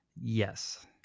Yes